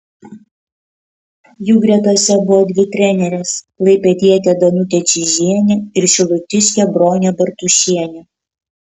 jų gretose buvo dvi trenerės klaipėdietė danutė čyžienė ir šilutiškė bronė bartušienė